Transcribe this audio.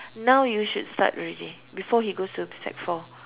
now you should start already before he goes to sec four